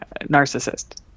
narcissist